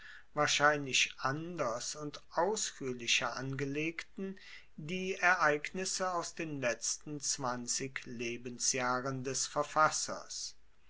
wahrscheinlich anders und ausfuehrlicher angelegten die ereignisse aus den letzten zwanzig lebensjahren des verfassers